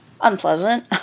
unpleasant